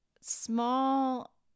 small